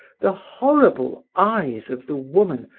the horrible eyes of the woman,